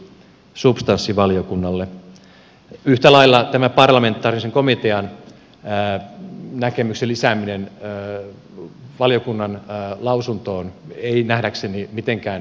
yhtä lailla tämä parlamentaarisen komitean näkemyksen lisääminen valiokunnan lausuntoon ei nähdäkseni mitenkään liity perustuslakiin